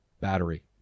battery